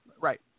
Right